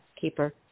Keeper